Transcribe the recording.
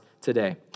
today